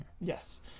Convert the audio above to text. Yes